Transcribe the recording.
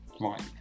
right